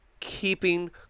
Keeping